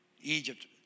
Egypt